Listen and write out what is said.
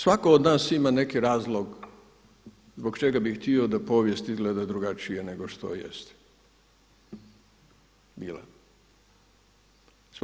Svatko od nas ima neki razlog zbog čega bi htio da povijest izgleda drugačije nego što jest bila.